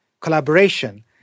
collaboration